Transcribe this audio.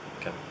okay